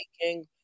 King